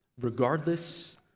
regardless